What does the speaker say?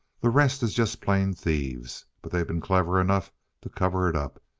the rest is just plain thieves, but they been clever enough to cover it up.